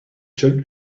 children